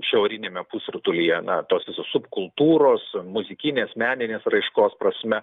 šiauriniame pusrutulyje na tos subkultūros muzikinės meninės raiškos prasme